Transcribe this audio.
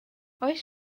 oes